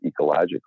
ecologically